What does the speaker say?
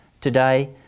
today